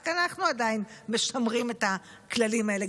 רק אנחנו עדיין משמרים את הכללים האלה.